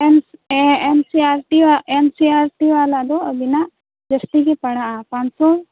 ᱮᱢ M C R ᱴᱤᱭᱟᱜ M C R T ᱣᱟᱞᱟ ᱫᱚ ᱟᱵᱤᱱᱟᱜ ᱡᱟᱹᱥᱛᱤ ᱜᱮ ᱯᱟᱲᱟᱜᱼᱟ ᱯᱟᱱᱥᱚ